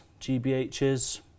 GBHs